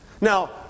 Now